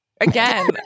Again